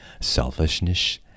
selfishness